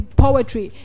poetry